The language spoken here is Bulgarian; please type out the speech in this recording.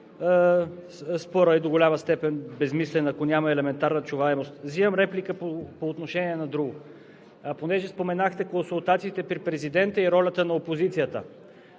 Спорът е до голяма степен безсмислен, ако няма елементарна чуваемост. Взимам реплика по отношение на друго, тъй като споменахте консултациите при президента и ролята на опозицията.